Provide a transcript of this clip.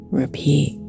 repeat